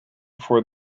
for